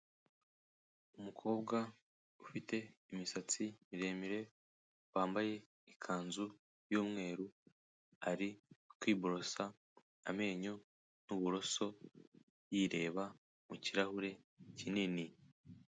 Umukobwa ufite imisatsi miremire, wambaye ikanzu y'umweru ari kwi borosa amenyo n'uburoso, yireba mu kirahure kinini.